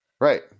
right